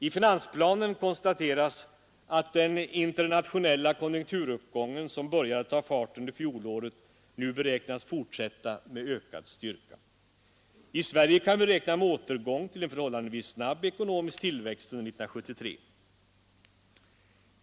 I finansplanen konstateras att den internationella konjunkturuppgången som började ta fart under fjolåret nu beräknas fortsätta med ökad styrka. I Sverige kan vi räkna med återgång till en förhållandevis snabb ekonomisk tillväxt under 1973.